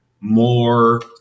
more